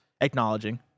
acknowledging